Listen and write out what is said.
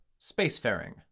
Spacefaring